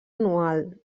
anual